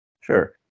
Sure